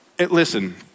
Listen